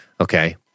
okay